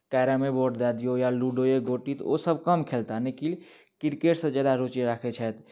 कैरमे board दए दियौ या लूडोए गोटी तऽ ओसभ कम खेलताह लेकिन क्रिकेटसँ ज्यादा रुचि राखैत छथि